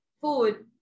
food